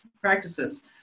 practices